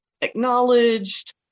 acknowledged